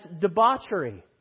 debauchery